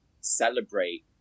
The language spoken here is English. celebrate